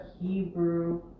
Hebrew